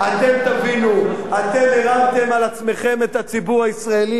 אתם תבינו, אתם הרמתם על עצמכם את הציבור הישראלי.